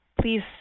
Please